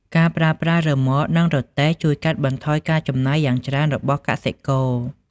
ការប្រើប្រាស់រ៉ឺម៉កនឹងរទេះជួយកាត់បន្ថយការចំណាយយ៉ាងច្រើនរបស់កសិករ។